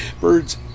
Birds